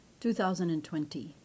2020